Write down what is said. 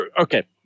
okay